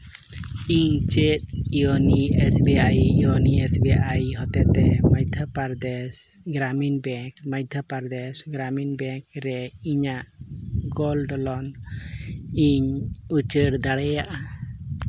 ᱤᱧ ᱪᱮᱫ YONO S B I YONO S B I ᱦᱚᱛᱮᱡ ᱛᱮ ᱢᱚᱫᱽᱫᱷᱚ ᱯᱨᱚᱫᱮᱥ ᱜᱨᱟᱢᱤᱱ ᱵᱮᱝᱠ ᱢᱚᱫᱽᱫᱷᱚ ᱯᱨᱚᱫᱮᱥ ᱜᱨᱟᱢᱤᱱ ᱵᱮᱝᱠ ᱨᱮ ᱤᱧᱟᱹᱜ ᱜᱳᱞᱰ ᱞᱳᱱ ᱤᱧ ᱩᱪᱟᱹᱲ ᱫᱟᱲᱮᱭᱟᱜᱼᱟ